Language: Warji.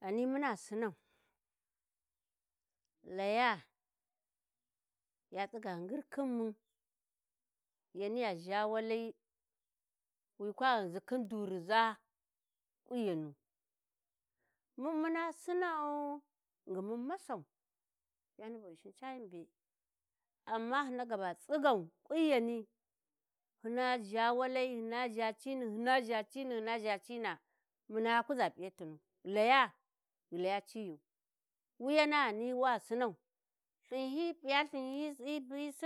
﻿Ghani muna sinnau ghi laya уa tsiga ngir khin mun yaniya ʒha wali wi kwa ghanzi khin durizaa ƙunyanu, mun muna sinnau ghingin mun massau yani bu Ghinshin cayan be, amma hyi na ga ba tsigau ƙunyani, hyina ʒha walai hyina ʒha cini hyina ʒha cini, hyina ʒha ci na, muna kuza p'iyatunu ghi Laya, ghi Laya ciyu, wuyana ghani wa simau, lthin hyi p'iya